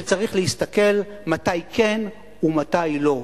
שצריך להסתכל מתי כן ומתי לא.